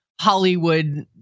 Hollywood